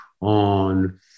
on